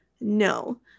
No